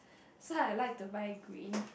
so I like to buy green